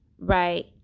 right